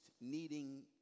needing